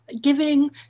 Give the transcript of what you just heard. giving